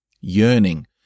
yearning